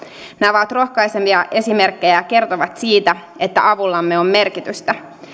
nämä ovat rohkaisevia esimerkkejä ja kertovat siitä että avullamme on merkitystä